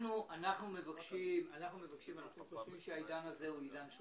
אנחנו חושבים שהעידן הוא עידן של